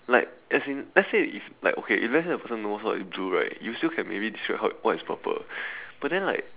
like as in let's say if like okay if let's say the person knows what is blue right you see can maybe describe what is purple but then like